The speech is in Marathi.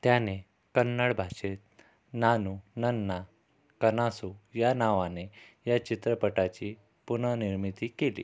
त्याने कन्नड भाषेत नानू नन्ना कनासू या नावाने या चित्रपटाची पुनर्निर्मिती केली